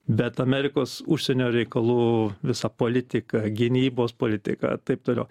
bet amerikos užsienio reikalų visa politika gynybos politika ir taip toliau